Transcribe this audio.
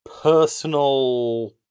personal